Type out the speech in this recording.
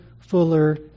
fuller